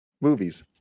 movies